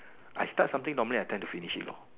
I start something normally I tend to finish it lor